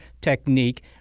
technique